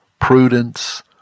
prudence